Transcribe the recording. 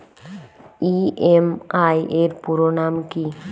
EMI এর পুরোনাম কী?